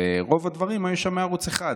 ורוב הדברים היו שם מערוץ 1,